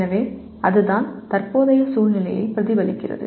எனவே அதுதான் தற்போதைய சூழ்நிலையை பிரதிபலிக்கிறது